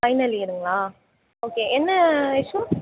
final இயருங்களா okay என்ன issue